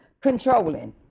controlling